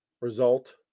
result